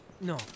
No